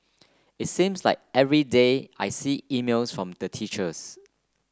it seems like every day I see emails from the teachers